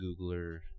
Googler